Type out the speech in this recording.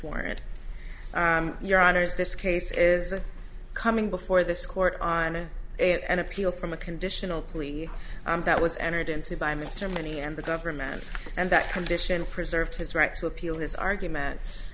warrant your honour's this case is coming before this court on to it an appeal from a conditional plea that was entered into by mr many and the government and that condition preserve his right to appeal this argument